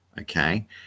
okay